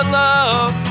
love